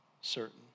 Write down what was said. certain